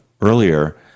earlier